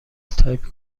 تایپ